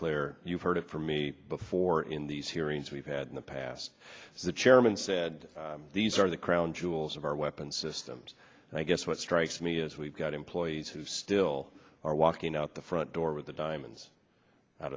clear you've heard it from me before in these hearings we've had in the past the chairman said these are the crown jewels of our weapons systems and i guess what strikes me is we've got employees who still are walking out the front door with the diamonds out